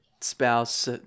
spouse